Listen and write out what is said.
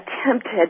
attempted